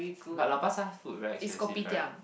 but Lau-Pa-Sat food very expensive right